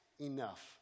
enough